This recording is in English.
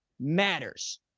matters